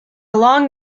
long